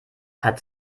hat